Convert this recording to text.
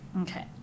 Okay